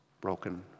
broken